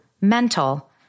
mental